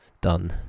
done